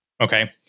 Okay